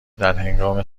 درهنگام